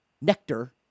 nectar